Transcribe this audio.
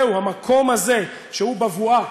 המקום הזה, שהוא בבואה,